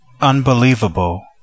Unbelievable